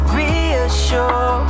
reassure